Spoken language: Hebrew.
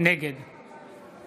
נגד מכלוף מיקי